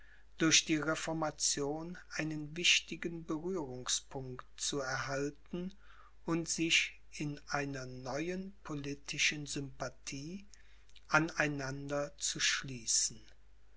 durch die reformation einen wichtigen berührungspunkt zu erhalten und sich in einer neuen politischen sympathie an einander zu schließen